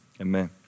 amen